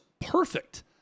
perfect